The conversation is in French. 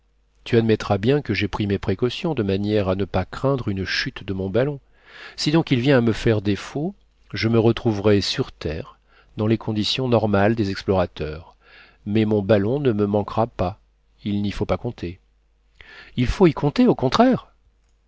tu admettras bien que j'ai pris mes précautions de manière à ne pas craindre une chute de mon ballon si donc il vient à me faire défaut je me retrouverai sur terre dans les conditions normales des explorateurs mais mon ballon ne me manquera pas il n'y faut pas compter il faut y compter au contraire